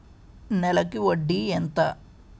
నెలకి వడ్డీ ఎంత?